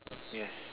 yes